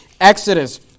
Exodus